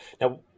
now